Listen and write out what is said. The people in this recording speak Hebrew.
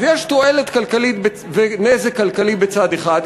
אז יש תועלת כלכלית ונזק כלכלי בצד אחד,